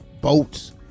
Boats